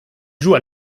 jouent